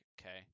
okay